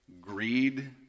greed